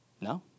No